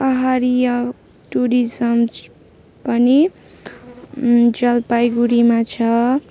Pahadia tourism पनि जलपाइगुडीमा छ